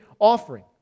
offering